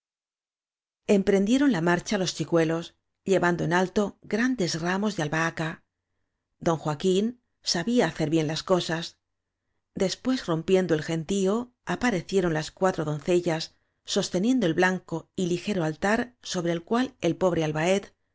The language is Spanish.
emprendieron la marcha los chicuelos lle vando en alto grandes ramos de o albahaca don joaquín sabía hacer bien las cosas después rompiendo el gentío aparecieron las cuatro doncellas sosteniendo el blanco y ligero altar sobre el cual el pobre albaet